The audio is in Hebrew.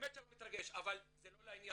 באמת שאני לא מתרגש אבל זה לא לעניין.